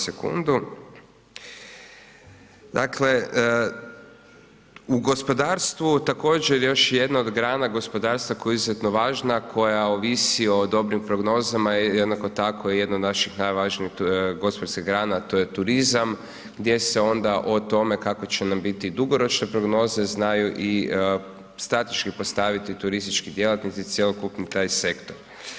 Dakle, u gospodarstvu također još jedna od grana gospodarstva koja je izuzetno važna koja ovisi o dobrim prognozama, jednako tako jedna od naših najvažnijih gospodarskih grana, a to je turizam, gdje se onda o tome, kako će nam biti dugoročne prognoze, znaju i statički postaviti turistički djelatnici cjelokupni taj sektor.